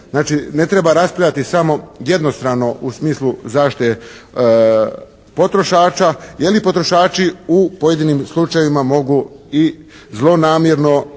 Znači ne treba raspravljati samo jednostrano u smislu zaštite potrošača jer i potrošači u pojedinim slučajevima mogu i zlonamjerno,